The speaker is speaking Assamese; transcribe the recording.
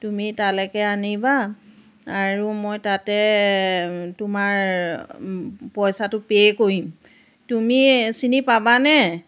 তুমি তালৈকে আনিবা আৰু মই তাতে তোমাৰ পইচাটো পে কৰিম তুমি চিনি পাবানে